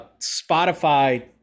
spotify